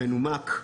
מנומק.